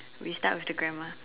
we start with the grandma